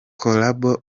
collabo